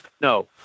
no